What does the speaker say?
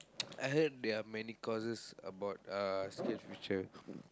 I heard there are many courses about uh skills future